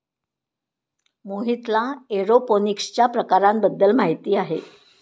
मोहितला एरोपोनिक्सच्या प्रकारांबद्दल माहिती आहे